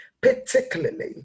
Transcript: particularly